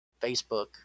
Facebook